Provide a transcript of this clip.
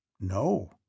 No